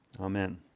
Amen